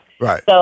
Right